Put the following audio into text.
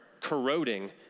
corroding